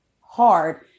hard